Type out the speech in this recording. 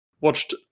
watched